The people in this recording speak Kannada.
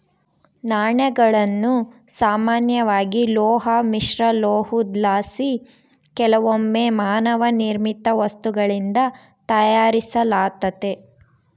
ನಾಣ್ಯಗಳನ್ನು ಸಾಮಾನ್ಯವಾಗಿ ಲೋಹ ಮಿಶ್ರಲೋಹುದ್ಲಾಸಿ ಕೆಲವೊಮ್ಮೆ ಮಾನವ ನಿರ್ಮಿತ ವಸ್ತುಗಳಿಂದ ತಯಾರಿಸಲಾತತೆ